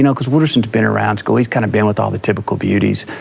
you know cause wooderson's been around school, he's kind of been with all the typical beauties,